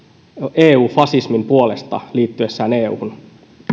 eu fasismin puolesta liittyessään euhun